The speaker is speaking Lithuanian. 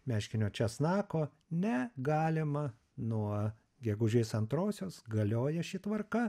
meškinio česnako ne galima nuo gegužės antrosios galioja ši tvarka